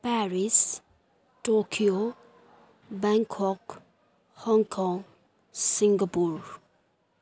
Paris Tokyo Bangkok Hong Kong Singapore